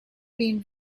been